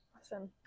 Awesome